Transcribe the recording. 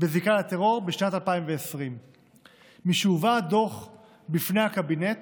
בזיקה לטרור בשנת 2020. משהובא הדוח בפני הקבינט,